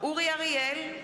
אורי אריאל,